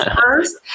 first